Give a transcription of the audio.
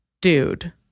Dude